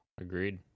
agreed